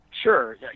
sure